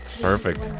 perfect